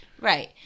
Right